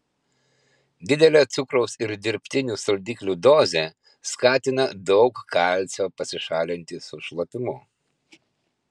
didelė cukraus ir dirbtinių saldiklių dozė skatina daug kalcio pasišalinti su šlapimu